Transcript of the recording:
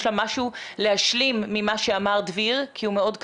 לה משהו להשלים ממה שאמר דביר כי הוא נשמע קטוע.